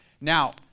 Now